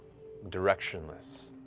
directionless,